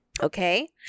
okay